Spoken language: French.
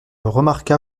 remarqua